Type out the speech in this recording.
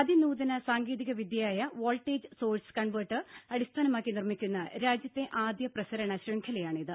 അതിനൂതന സാങ്കേതിക വിദ്യയായ voltage source converter അടിസ്ഥാനമാക്കി നിർമ്മിക്കുന്ന രാജ്യത്തെ ആദ്യ പ്രസരണ ശൃംഖലയാണിത്